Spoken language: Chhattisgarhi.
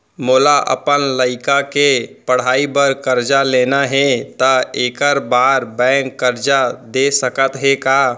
मोला अपन लइका के पढ़ई बर करजा लेना हे, त एखर बार बैंक करजा दे सकत हे का?